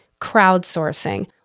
Crowdsourcing